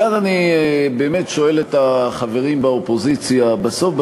כאן אני באמת שואל את החברים באופוזיציה: בסוף,